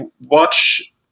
watch